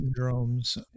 syndromes